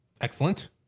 Excellent